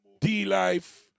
D-Life